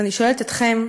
ואני שואלת אתכם,